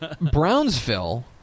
Brownsville